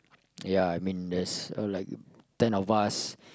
ya I mean there's uh like ten of us